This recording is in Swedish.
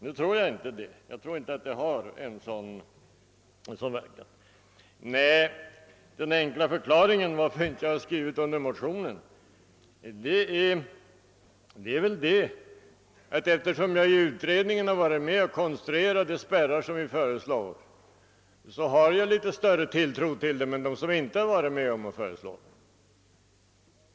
Enligt min mening är dock risken inte så överhängande. Den enkla förklaringen till att jag inte skrivit under motionen är att eftersom jag i utredningen varit med om att konstruera de spärrar som vi föreslog har jag litet större tilltro till dem än de personer har som inte har varit med.